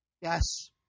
Yes